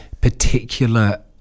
particular